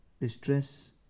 distress